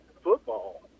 football